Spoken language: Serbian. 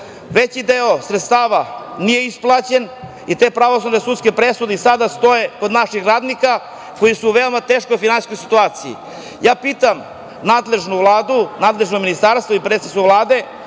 Veći deo sredstava nije isplaćen i te pravosnažne sudske presude i sada stoje kod naših radnika koji su u veoma teškoj finansijskoj situaciji. Pitam nadležno ministarstvo i predsednicu Vlade